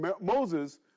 Moses